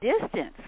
distance